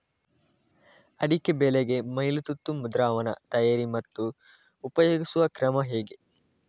ಅಡಿಕೆ ಬೆಳೆಗೆ ಮೈಲುತುತ್ತು ದ್ರಾವಣ ತಯಾರಿ ಮತ್ತು ಉಪಯೋಗಿಸುವ ಕ್ರಮ ಹೇಗೆ?